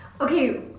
Okay